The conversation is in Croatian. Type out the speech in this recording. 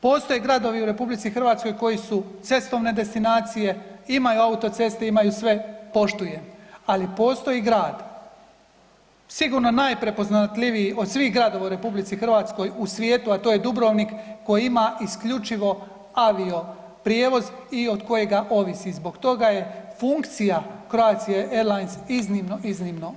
Postoje gradovi u RH koji su cestovne destinacije, imaju autoceste, imaju sve, poštujem, ali postoji grad, sigurno najprepoznatljiviji od svih gradova u RH u svijetu, a to je Dubrovnik koji ima isključivo avioprijevoz i od kojega ovisi, zbog toga je funkcija Croatia airlines iznimno, iznimno